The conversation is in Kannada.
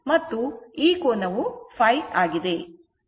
ಮತ್ತು ಈ ಕೋನವು ϕ ಆಗಿದೆ